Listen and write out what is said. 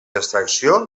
extracció